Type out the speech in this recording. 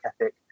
ethic